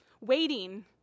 Waiting